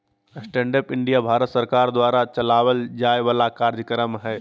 stand up India Bharat सरकार द्वारा चलावल जाय वाला कार्यक्रम हय